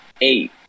eight